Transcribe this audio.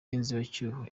y’inzibacyuho